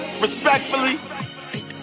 respectfully